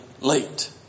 late